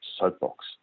Soapbox